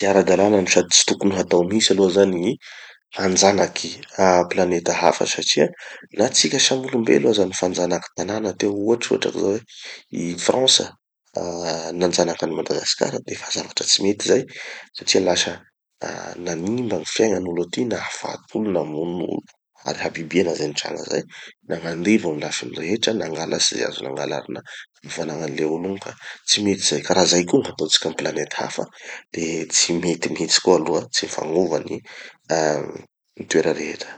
Tsy ara-dalana no sady tsy tokony hatao mihitsy aloha zany gny hanjanaky ah planeta hafa satria na tsika samy olom-belo aza mifanjanaky tanàna teo ohatry hotraky zao hoe: i Frantsa, ah nanjanaky an'i Madagasikara defa zavatra tsy mety zay satria lasa ah nanimba gny fiaignan'olo aty, nahafaty olo, namono olo, ary habibiana zay nitranga zay, nagnandevo amy lafiny rehetra, nangalatsy ze azo nangalarina, gny fanagnan'ny le olo igny ka tsy mety zay. Ka raha zay koa gny hataotsika gny planety hafa de tsy mety mihitsy koa aloha, tsy mifagnova ny toera rehetra.